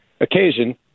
occasion